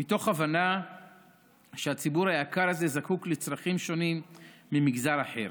מתוך הבנה שהציבור היקר הזה זקוק לצרכים שונים מאלו של מגזר אחר.